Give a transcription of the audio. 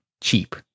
cheap